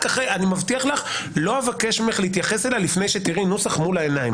אני מבטיח לך שלא אבקש ממך להתייחס אליה לפני שתראי נוסח מול העיניים.